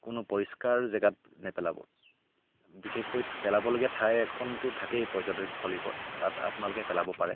কোনো পৰিষ্কাৰ জেগাত নেপেলাব বিশেষকৈ পেলাবলগীয়া ঠাই এখনতো থাকেই পৰ্যটনস্থলীবোৰত তাত আপোনালোকে পেলাব পাৰে